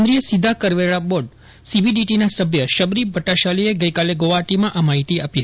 કેન્દ્રીય સીધા કરવેરા બોર્ડ સીબીડીટીના સભ્ય શબરી ભટ્રાશાલીએ ગઈકાલે ગોવાહાટીમાં આ યાહિતી આપી